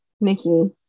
Nikki